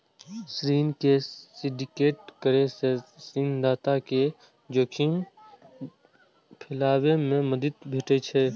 ऋण के सिंडिकेट करै सं ऋणदाता कें जोखिम फैलाबै मे मदति भेटै छै